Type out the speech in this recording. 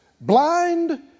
blind